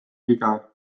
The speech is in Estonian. viga